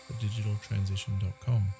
thedigitaltransition.com